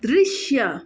दृश्य